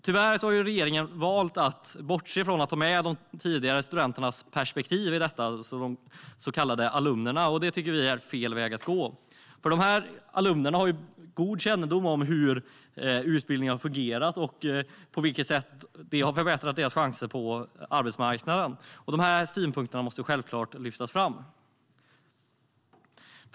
Tyvärr har regeringen valt att bortse från och inte ta med de tidigare studenternas, de så kallade alumnernas, perspektiv. Det tycker vi är fel väg att gå. Alumnerna har god kännedom om hur utbildningen fungerat och på vilket sätt den har förbättrat deras chanser på arbetsmarknaden. Dessa synpunkter måste självfallet lyftas fram.